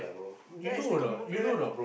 where still got people play meh